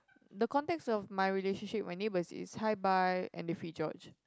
the context of my relationship with my neighbors is hi bye and they feed George